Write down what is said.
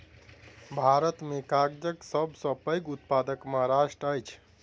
भारत में कागजक सब सॅ पैघ उत्पादक महाराष्ट्र अछि